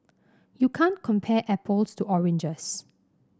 you can't compare apples to oranges